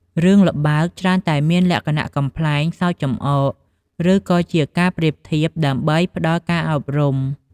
រឿងល្បើកច្រើនតែមានលក្ខណៈកំប្លែងសើចចំអក ឬក៏ជាការប្រៀបធៀបដើម្បីផ្ដល់ការអប់រំ។